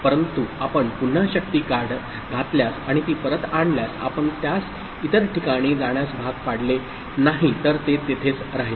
परंतु आपण पुन्हा शक्ती घातल्यास आणि ती परत आणल्यास आपण त्यास इतर ठिकाणी जाण्यास भाग पाडले नाही तर ते तिथेच राहील